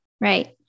Right